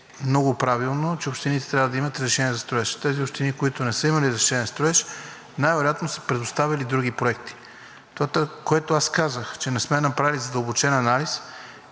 много правилно – че общините трябва да имат разрешение за строеж. Тези общини, които не са имали разрешение за строеж, най-вероятно са предоставяли други проекти. Това, което казах – че не сме направили задълбочен анализ,